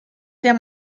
der